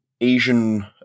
asian